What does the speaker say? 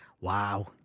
wow